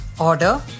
order